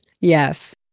yes